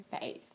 Faith